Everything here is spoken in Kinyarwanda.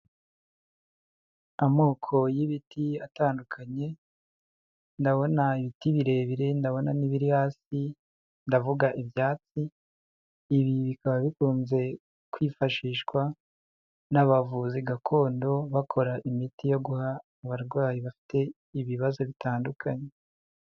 Amoko y'ibiti atandukanye, ndabona ibiti birebire, ndabona n'ibiri hasi, ndavuga ibyatsi, ibi bikaba bikunze kwifashishwa n'abavuzi gakondo bakora imiti yo guha abarwayi bafite ibibazo bitandukanye.